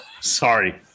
sorry